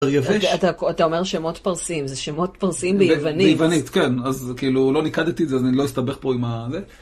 דריווש. אתה אומר שמות פרסיים, זה שמות פרסיים ביוונית? זה ביוונית, כן. אז כאילו, לא ניקדתי את זה, אז אני לא אסתבך פה עם ה...